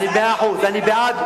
מאה אחוז, אני בעד.